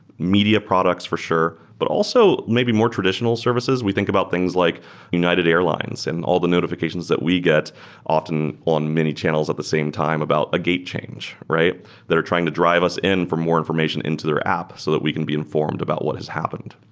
media products for sure, but also maybe more traditional services. we think about things like united airlines and all the notifications that we get often on many channels at the same time about a gate change. they are trying to drive us in for more information into their app so that we can be informed about what has happened.